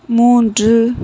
மூன்று